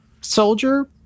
soldier